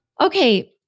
Okay